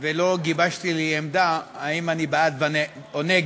ולא גיבשתי לי עמדה אם אני בעד או נגד.